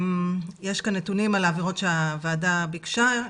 יש כאן נתונים על עבירות שהוועדה ביקשה,